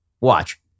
Watch